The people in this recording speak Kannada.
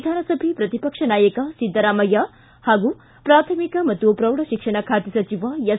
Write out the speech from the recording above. ವಿಧಾನಸಭೆ ಪ್ರತಿಪಕ್ಷ ನಾಯಕ ಸಿದ್ದರಾಮಯ್ಯ ಪಾಗೂ ಪ್ರಾಥಮಿಕ ಮತ್ತು ಪ್ರೌಢಶಿಕ್ಷಣ ಖಾತೆ ಸಚಿವ ಎಸ್